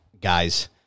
guys